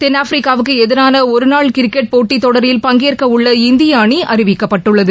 தென்னாப்பிரிக்காவுக்கு எதிரான ஒருநாள் கிரிக்கெட் போட்டித் தொடரில் பங்கேற்கவுள்ள இந்திய அணி அறிவிக்கப்பட்டுள்ளது